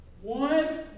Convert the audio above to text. One